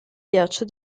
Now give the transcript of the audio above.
ghiaccio